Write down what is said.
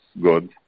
good